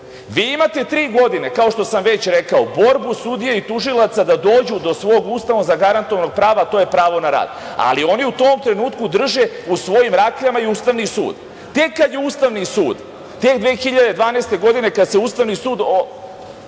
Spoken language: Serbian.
imate tri godine, kao što sam već rekao, borbu sudija i tužilaca da dođu do svog Ustavom zagarantovanog prava, a to je pravo na rad. Ali, oni u tom trenutku drže u svojim rakljama i Ustavni sud. Tek kada je Ustavni sud te 2012. godine, kad se Ustavni sud